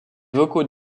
vocaux